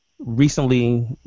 Recently